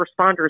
responders